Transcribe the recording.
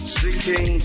seeking